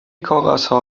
کاغذها